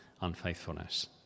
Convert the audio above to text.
unfaithfulness